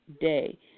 day